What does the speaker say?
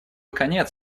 конец